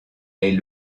est